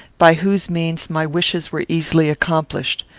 by whose means my wishes were easily accomplished.